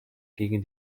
gegen